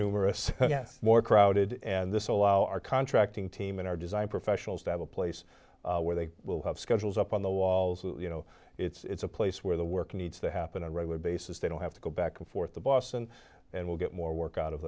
numerous more crowded and this allow our contracting team and our design professionals to have a place where they will have schedules up on the walls you know it's a place where the work needs to happen on a regular basis they don't have to go back and forth to boston and will get more work out of